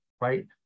right